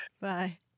Bye